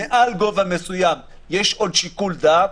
מעל גובה מסוים יש עוד שיקול דעת,